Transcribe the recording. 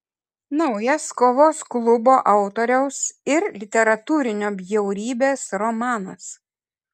naujas kovos klubo autoriaus ir literatūrinio bjaurybės romanas